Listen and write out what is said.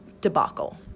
debacle